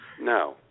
No